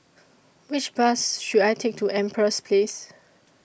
Which Bus should I Take to Empress Place